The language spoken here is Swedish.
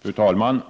Fru talman!